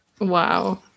Wow